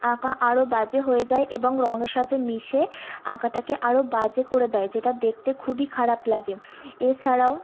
আঁকা আরও বাজে হয়ে যায় এবং রঙের সাথে মিশে আঁকাটাকে আরও বাজে করে দেয় যেটা দেখতে খুবই খারাপ লাগে এছাড়াও